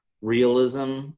realism